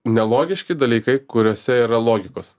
nelogiški dalykai kuriuose yra logikos